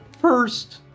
first